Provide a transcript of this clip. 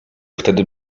wtedy